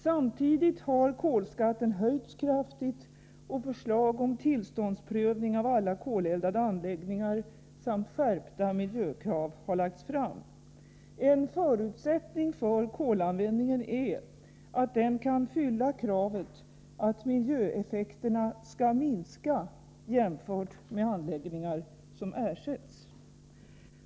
Samtidigt har kolskatten höjts kraftigt och förslag om tillståndsprövning av alla koleldade anläggningar samt skärpta miljökrav har lagts fram. En förutsättning för kolanvändningen är att den kan fylla kravet att miljöeffekterna skall minska jämfört med anläggningar som ersätts.